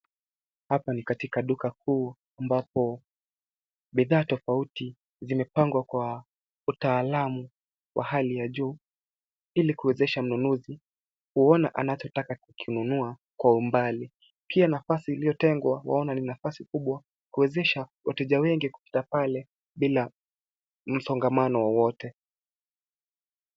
Hapa ni katika duka kuu ambapo bidhaa tofauti zimepangwa kwa utaalamu wa hali ya juu ili kuwezesha mnunuzi kuona anachotaka kukinunua kwa umbali. Pia nafasi iliyotengwa waona ni nafasi kubwa kuwezesha wateja wengi kupita pale bila msongamano wowote.